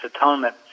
atonement